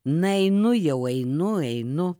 na einu jau einu einu